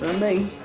me